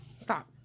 Stop